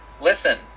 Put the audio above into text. listen